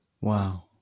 Wow